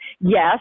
yes